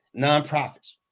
nonprofits